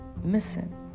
missing